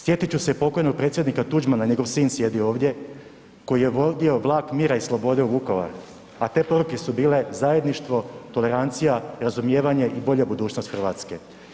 Sjetit ću se pokojnog predsjednika Tuđmana, njegov sin sjedi ovdje, koji je vodio Vlak mira i slobode u Vukovar, a te poruke su bile zajedništvo, tolerancija, razumijevanje i bolja budućnost Hrvatske.